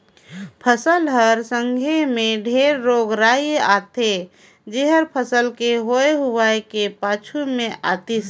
फसल हर संघे मे ढेरे रोग राई आथे जेहर फसल के होए हुवाए के पाछू मे आतिस